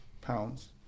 pounds